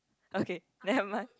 okay never mind